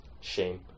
shame